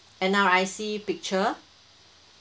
N_R_I_C picture